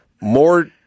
more